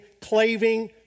claving